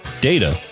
data